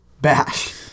Bash